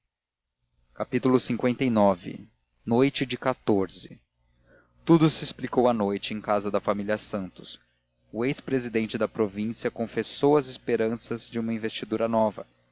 e deixou-se estar a matar saudades lix noite de tudo se explicou à noite em casa da família santos o ex presidente de província confessou as esperanças de uma investidura nova